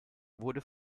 wurde